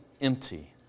empty